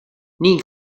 nii